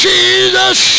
Jesus